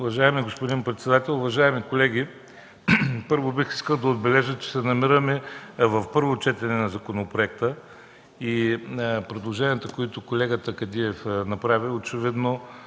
Уважаеми господин председател, уважаеми колеги! Първо бих искал да отбележа, че се намираме на първо четене на законопроекта и предложенията, които колегата Кадиев направи, очевидно